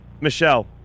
Michelle